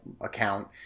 account